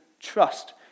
Trust